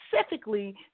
specifically